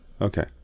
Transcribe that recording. Okay